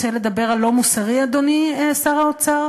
רוצה לדבר על לא מוסרי, אדוני שר האוצר?